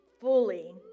Fully